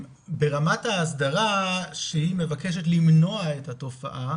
ברמת ההסדרה שהיא מבקשת למנוע את התופעה